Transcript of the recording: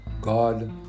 God